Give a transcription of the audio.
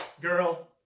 girl